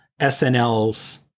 SNL's